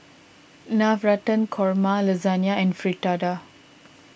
Navratan Korma Lasagna and Fritada